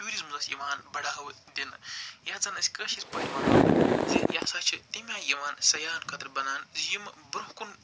tourism حظ یِوان بڑاو دِنہٕ یَتھ زن أسۍ کٲشِر پٲٹھۍ وَنان زِ یہِ سا چھِ تمہِ آے یِوان سیاہن خٲطرٕ بناو نہٕ یِمہٕ برٛونٛہہ کُن